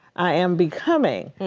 i am becoming.